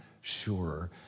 sure